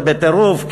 ובטירוף,